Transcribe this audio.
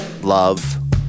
love